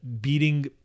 beating